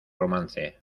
romance